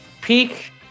peak